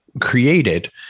created